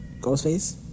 Ghostface